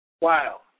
Wow